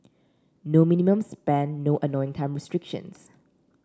no minimum spend no annoying time restrictions